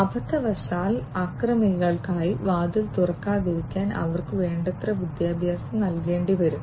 അബദ്ധവശാൽ അക്രമികൾക്കായി വാതിൽ തുറക്കാതിരിക്കാൻ അവർക്ക് വേണ്ടത്ര വിദ്യാഭ്യാസം നൽകേണ്ടിവരും